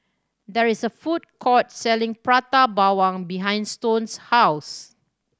there is a food court selling Prata Bawang behind Stone's house